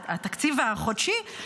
התקציב החודשי,